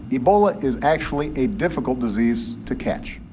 ebola is actually a difficult disease to catch.